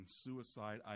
suicide